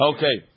Okay